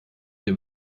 dem